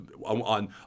on